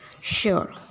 Sure